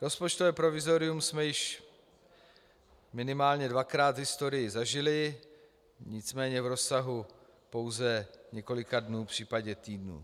Rozpočtové provizorium jsme již minimálně dvakrát v historii zažili, nicméně v rozsahu pouze několika dnů, případně týdnů.